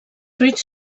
fruits